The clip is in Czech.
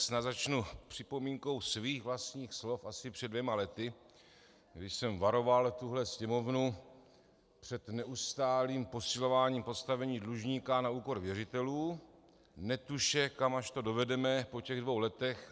Snad tedy začnu připomínkou svých vlastních slov před asi dvěma lety, kdy jsem varoval tuhle Sněmovnu před neustálým posilováním postavení dlužníka na úkor věřitelů, netuše, kam až to dovedeme po těch dvou letech.